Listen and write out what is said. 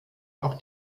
auch